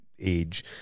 age